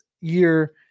year